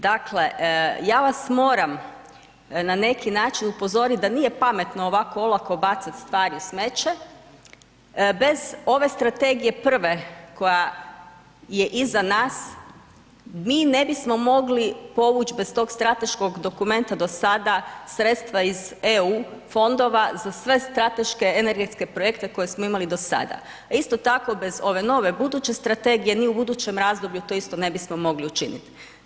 Dakle ja vas moram na neki način upozorit da nije pametno ovako olako bacati stvari u smeće, bez ove strategije prve koja je iza nas, mi ne bismo mogli povuć bez tog strateškog dokumenta do sada sredstva iz EU fondova za sve strateške energetske projekte koje smo imali do sada a isto tako bez ove nove buduće strategije, mi u budućem razdoblju to isto ne bismo mogli učinit.